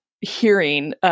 hearing